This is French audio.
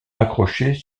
accrochés